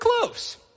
close